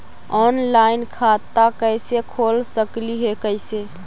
Online खाता कैसे खोल सकली हे कैसे?